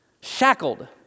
shackled